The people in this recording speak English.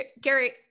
Gary